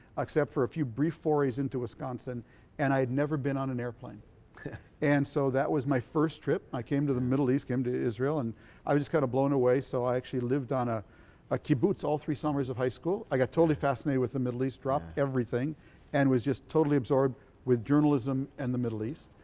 except for a few brief forays into wisconsin and i had never been on an airplane and so that was my first trip. i came to the middle east came to israel and i was just kind of blown away so i actually lived on ah a kibbutz all three summers of high school. i got totally fascinated with the middle east. dropped everything and was just totally absorbed with journalism and the middle east.